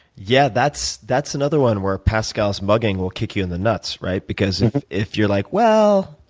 yeah, that's that's another one where pascal's mugging will kick you in the nuts, right? because if if you're like, well,